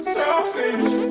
selfish